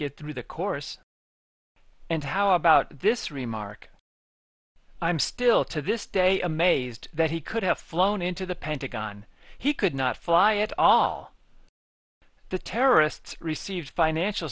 get through the course and how about this remark i'm still to this day amazed that he could have flown into the pentagon he could not fly at all the terrorists receive financial